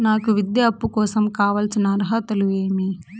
నాకు విద్యా అప్పు కోసం కావాల్సిన అర్హతలు ఏమి?